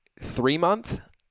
three-month